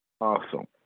Awesome